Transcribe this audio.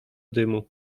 dymu